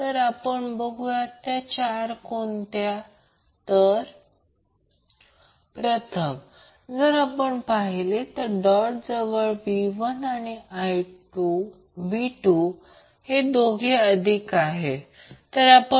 तर आणि याचा अर्थ आहे की या पदकडे पहा ते मुळात V R R I0 √ 2 कोन 45° म्हणजे 0